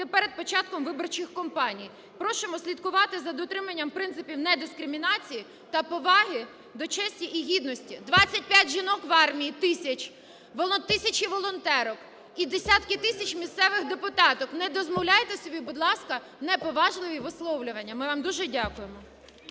перед початком виборчих кампаній. Просимо слідкувати за дотриманням принципів недискримінації та поваги до честі і гідності. 25 жінок в армії, тисяч! Тисячі волонтерок і десятки тисяч місцевих депутаток, не дозволяйте собі, будь ласка, неповажливі висловлювання. Ми вам дуже дякуємо.